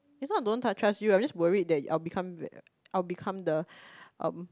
it's not don't trust you I'm just worried that I'll become I'll become the um